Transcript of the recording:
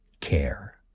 care